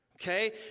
Okay